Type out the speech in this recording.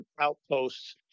outposts